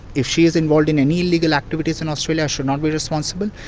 if she is involved in any illegal activities in australia i shall not be responsible,